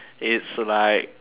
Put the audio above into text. it's like